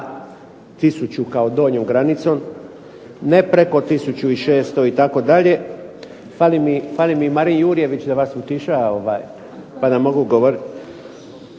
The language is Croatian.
tisuću kao donjom granicom, ne preko tisuću 600 itd. Fali mi Marin Jurjević da vas utiša pa da mogu govoriti.